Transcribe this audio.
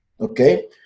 okay